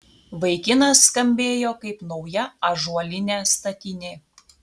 vaikinas skambėjo kaip nauja ąžuolinė statinė